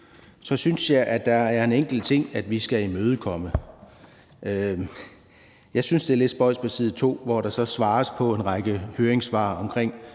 så synes jeg, at der er en enkelt ting, vi skal imødekomme. Jeg synes, at det, der står på side 2, hvor der kommenteres på en række høringssvar omkring